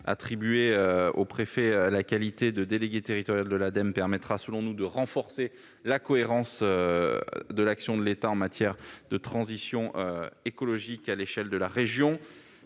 attribuer au préfet la qualité de délégué territorial de l'Ademe permettra, selon nous, de renforcer la cohérence de l'action de l'État en matière de transition écologique à l'échelle de la région.